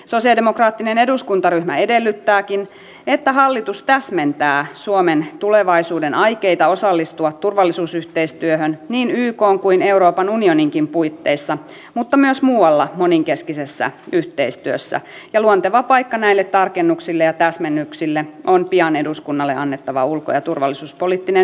sosialidemokraattinen eduskuntaryhmä edellyttääkin että hallitus täsmentää suomen tulevaisuuden aikeita osallistua turvallisuusyhteistyöhön niin ykn kuin euroopan unioninkin puitteissa mutta myös muualla moninkeskisessä yhteistyössä ja luonteva paikka näille tarkennuksille ja täsmennyksille on pian eduskunnalle annettava ulko ja turvallisuuspoliittinen selonteko